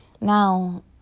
Now